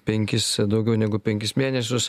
penkis daugiau negu penkis mėnesius